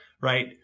right